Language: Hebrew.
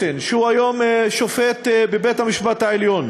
רומא, ביוני 1998,